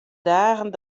dagen